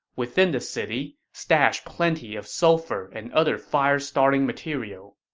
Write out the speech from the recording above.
within the city, stash plenty of sulphur and other fire-starting material.